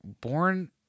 Born